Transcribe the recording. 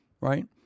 right